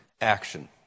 action